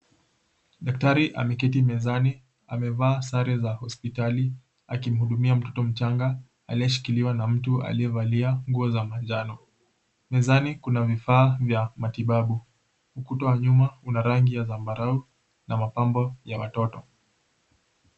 Daktari ameketi mezani amevaa sare za hospitali akimhudumia mtoto mchanga aliyeshikiliwa na mtu aliyevalia nguo za manjano. Mezani kuna vifaa vya matibabu. Ukuta wa nyuma una rangi ya zambarau na mapambo ya watoto.